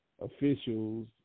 officials